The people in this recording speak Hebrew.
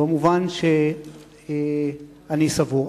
במובן שאני סבור,